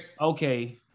Okay